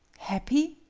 happy?